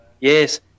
yes